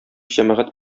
җәмәгать